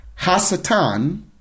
Hasatan